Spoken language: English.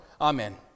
Amen